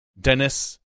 Dennis